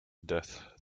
death